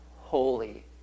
holy